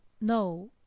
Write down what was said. no